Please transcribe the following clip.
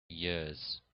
years